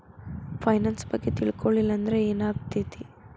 Finance ಬಗ್ಗೆ ತಿಳ್ಕೊಳಿಲ್ಲಂದ್ರ ಏನಾಗ್ತೆತಿ?